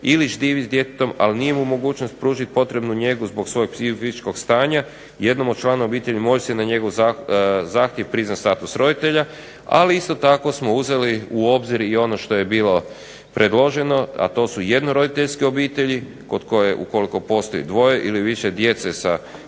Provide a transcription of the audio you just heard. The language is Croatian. ili živi s djetetom ali nije u mogućnosti pružiti potrebnu mjeru zbog svojeg psihofizičkog stanja, jednom od članu obitelji može se na njegov zahtjev priznati status roditelja. Ali isto tako smo uzeli u obzir ono što je bilo predloženo a to su jednoroditeljske obitelji kod koje ukoliko postoji dvoje ili više djece sa